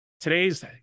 Today's